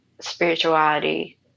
spirituality